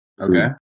Okay